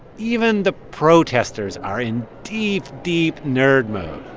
even the protesters are in deep, deep nerd mode.